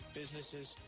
businesses